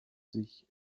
sich